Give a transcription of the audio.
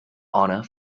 honor